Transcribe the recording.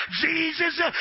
Jesus